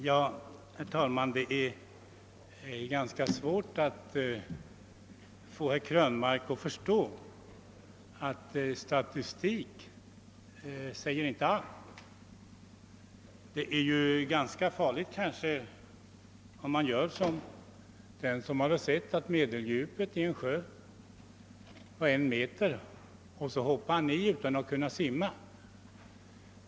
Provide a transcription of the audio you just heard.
Herr talman! Det är tydligen ganska svårt att få herr Krönmark att förstå att statistik inte säger allt. Det är ju ganska farligt att tro något sådant. En man som hade sett att medeldjupet i en sjö var en meter, hoppade i utan att kunna simma.